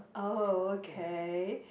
okay